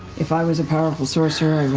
if i was a powerful sorcerer, i